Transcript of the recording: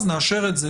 אז נאשר את זה,